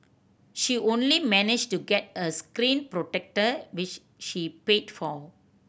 she only managed to get a screen protector which she paid for